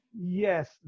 Yes